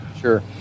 sure